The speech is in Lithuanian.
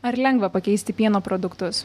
ar lengva pakeisti pieno produktus